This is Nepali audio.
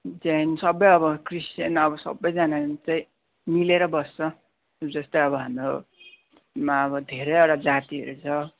जैन सबै अब क्रिस्चियन अब सबैजनाहरू चाहिँ मिलेर बस्छ जस्तै अब हाम्रोमा अब धेरैवटा जातिहरू छ